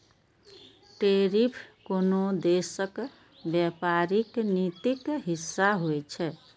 tariff कोनो देशक व्यापारिक नीतिक हिस्सा होइ छै